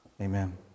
Amen